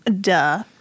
Duh